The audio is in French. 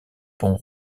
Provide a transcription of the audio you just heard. pont